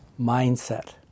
mindset